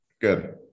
good